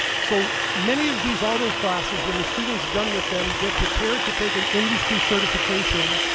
so, many of these auto classes, when the student's done with them, they're prepared to take an industry certification.